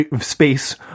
Space